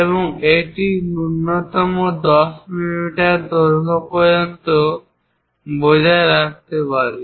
এবং এটিকে ন্যূনতম 10 মিমি দৈর্ঘ্য পর্যন্ত আমরা বজায় রাখতে পারি